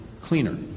cleaner